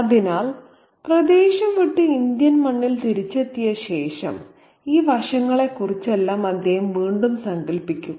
അതിനാൽ പ്രദേശം വിട്ട് ഇന്ത്യൻ മണ്ണിൽ തിരിച്ചെത്തിയ ശേഷം ഈ വശങ്ങളെക്കുറിച്ചെല്ലാം അദ്ദേഹം വീണ്ടും സങ്കൽപ്പിക്കുന്നു